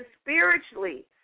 spiritually